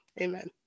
Amen